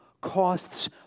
costs